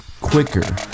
quicker